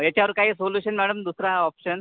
याच्यावर काही solution madam दुसरा ऑप्शन